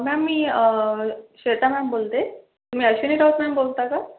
ma'am मी Shweta ma'am बोलते तुम्ही अश्विनी मॅम बोलता का